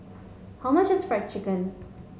how much is fried chicken